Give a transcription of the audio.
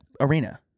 Arena